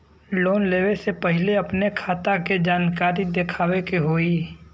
Loan लेवे से पहिले अपने खाता के जानकारी दिखावे के होई?